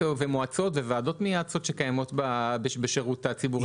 מועצות וועדות מייעצות שקיימות בשירות הציבורי,